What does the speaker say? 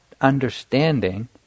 understanding